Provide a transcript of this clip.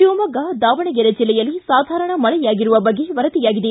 ಶಿವಮೊಗ್ಗ ದಾವಣಗೆರೆ ಜಿಲ್ಲೆಯಲ್ಲಿ ಸಾಧಾರಣ ಮಳೆಯಾಗುವ ಬಗ್ಗೆ ವರದಿಯಾಗಿದೆ